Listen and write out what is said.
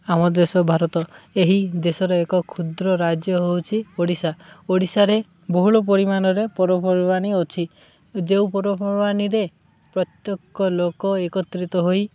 ଆମ ଦେଶ ଭାରତ ଏହି ଦେଶର ଏକ କ୍ଷୁଦ୍ର ରାଜ୍ୟ ହେଉଛିି ଓଡ଼ିଶା ଓଡ଼ିଶାରେ ବହୁଳ ପରିମାଣରେ ପର୍ବପର୍ବାଣୀ ଅଛି ଯେଉଁ ପର୍ବପର୍ବାଣୀରେ ପ୍ରତ୍ୟେକ ଲୋକ ଏକତ୍ରିତ ହୋଇ